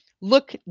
look